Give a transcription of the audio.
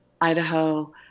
Idaho